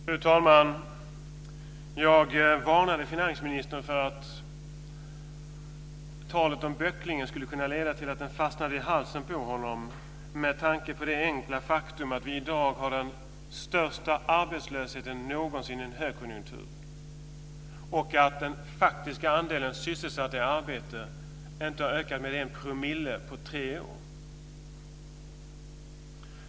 Fru talman! Jag varnade finansministern för att talet om böckling skulle kunna leda till att den fastnade i halsen på honom, med tanke på det enkla faktum att vi i dag har den största arbetslösheten någonsin i en högkonjunktur och att den faktiska andelen sysselsatta i arbete inte ökat med en promille på tre år.